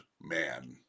man